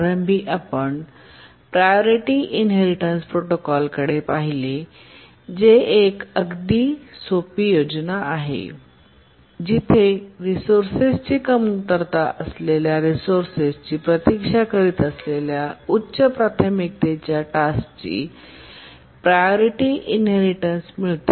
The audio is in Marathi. प्रारंभी आम्ही प्रायोरिटी इनहेरिटेन्स प्रोटोकॉलकडे पाहिले जे एक अगदी सोपी योजना आहे जिथे रिसोर्सेसची कमतरता असलेल्या रिसोर्सेसची प्रतीक्षा करीत असलेल्या उच्च प्राथमिकतेच्या टास्क ची प्रायोरिटी इनहेरिटेन्स मिळते